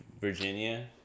virginia